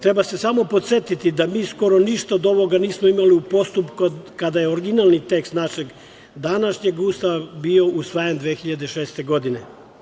Treba se samo podsetiti da mi skoro ništa od ovoga nismo imali u postupku kada je originalni tekst našeg današnjeg Ustava bio usvajan 2006. godine.